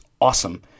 awesome